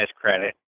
credit